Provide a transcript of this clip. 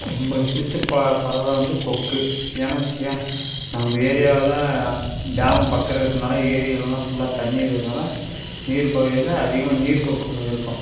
நம்மளுக்கு பிடிச்ச ப பறவை வந்து கொக்கு ஏன்னால் வச்சுக்கோயேன் நம்ம ஏரியாவில் டேமு பக்கம் இருக்கிறதுனால எரிகளெலாம் ஃபுல்லா தண்ணி இருக்கிறதுனால நீர்ப்பகுதிகளில் அதிகமாக நீர் கொக்குங்க இருக்கும்